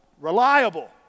Reliable